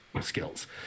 skills